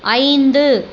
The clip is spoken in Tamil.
ஐந்து